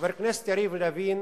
חבר הכנסת יריב לוין